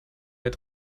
mehr